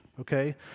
Okay